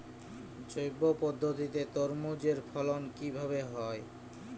জৈব পদ্ধতিতে তরমুজের ফলন কিভাবে হয়?